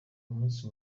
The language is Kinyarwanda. umunsi